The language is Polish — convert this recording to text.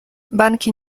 banki